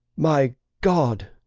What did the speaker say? my god!